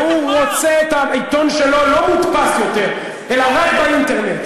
והוא רוצה את העיתון שלו לא מודפס יותר אלא רק באינטרנט.